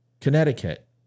Connecticut